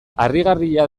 harrigarria